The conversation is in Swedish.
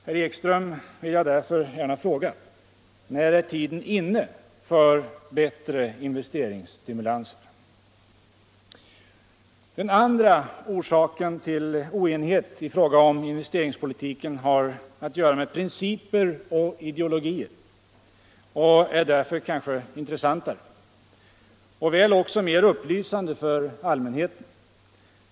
Herr Ekström vill jag därför gärna fråga: När är tiden inne för bättre investeringsstimulanser? Den andra orsaken till oenighet i fråga om investeringspolitiken har att göra med principer och ideologier och är kanske därför intressantare och även mer upplysande för allmänheten.